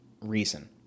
reason